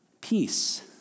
peace